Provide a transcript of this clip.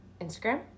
Instagram